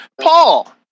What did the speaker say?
Paul